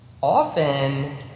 often